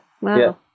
Wow